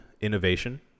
innovation